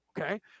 Okay